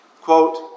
Quote